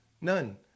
None